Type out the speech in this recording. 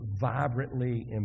vibrantly